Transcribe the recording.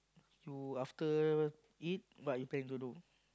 you after eat what are you planing to do